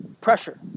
pressure